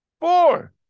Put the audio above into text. Four